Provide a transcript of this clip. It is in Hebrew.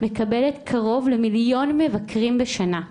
מקבלת קרוב למיליון מבקרים בשנה.